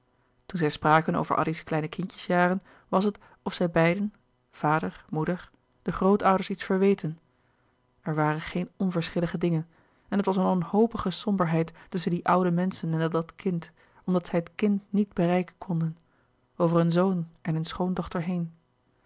toen zij spraken over addy's kleine kindjes jaren was het of zij beiden vader moeder den grootouders iets verweten er waren geen onverschillige dingen en het was een wanhopige somberheid tusschen die oude menschen en dat kind omdat zij het kind niet bereiken konden over hun zoon en hun schoondochter heen